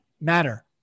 matter